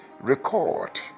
record